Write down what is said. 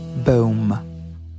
boom